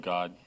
God